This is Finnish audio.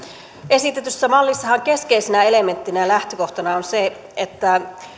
esitetyssä mallissahan keskeisenä elementtinä ja lähtökohtana on se että